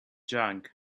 junk